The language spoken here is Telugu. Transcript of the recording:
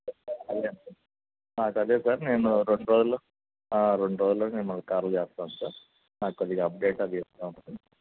అదే సార్ నేను రెండు రోజుల్లో రెండు రోజుల్లో నేను మళ్ళీ కాల్ చేస్తాను సార్ నాక్కొద్దిగా అప్డేట్ అది ఇస్తూ ఉండండి